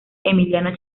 emiliano